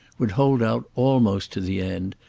would hold out almost to the end,